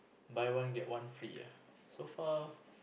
buy one get one free ah so far